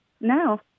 No